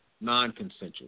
non-consensual